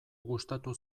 gustatu